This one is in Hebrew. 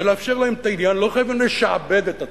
ולאפשר להם את העניין, לא חייבים לשעבד את עצמם,